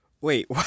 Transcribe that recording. Wait